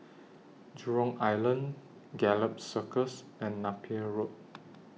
Jurong Island Gallop Circus and Napier Road